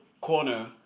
corner